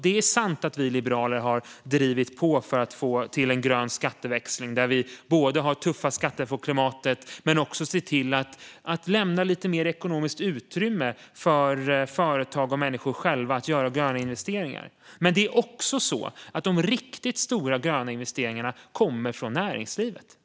Det är sant att vi liberaler har drivit på för att få till en grön skatteväxling med tuffa skatter för klimatet och för att lämna mer ekonomiskt utrymme för företag och människor att göra gröna investeringar. De riktigt stora gröna investeringarna kommer från näringslivet.